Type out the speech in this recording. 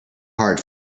hard